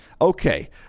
Okay